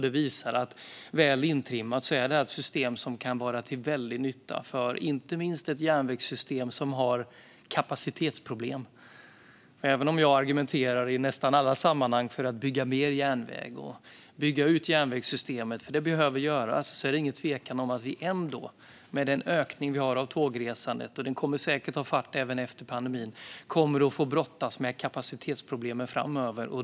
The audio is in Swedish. Det visar att väl intrimmat kan detta system vara till stor nytta för inte minst ett järnvägssystem som har kapacitetsproblem. Även om jag i nästan alla sammanhang argumenterar för att bygga mer järnväg och bygga ut järnvägssystemet, för det behöver göras, är det ingen tvekan om att vi ändå med den ökning vi har i tågresandet, och det kommer säkert att ta fart även efter pandemin, kommer att få brottas med kapacitetsproblem framöver.